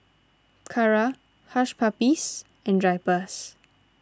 Kara Hush Puppies and Drypers